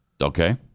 Okay